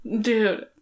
Dude